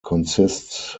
consists